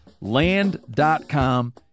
land.com